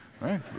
right